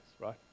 right